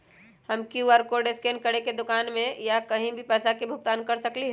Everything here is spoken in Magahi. हम कियु.आर कोड स्कैन करके दुकान में या कहीं भी पैसा के भुगतान कर सकली ह?